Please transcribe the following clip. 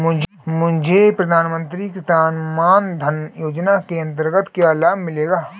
मुझे प्रधानमंत्री किसान मान धन योजना के अंतर्गत क्या लाभ मिलेगा?